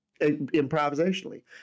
Improvisationally